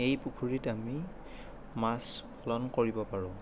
এই পুখুৰীত আমি মাছ পালন কৰিব পাৰোঁ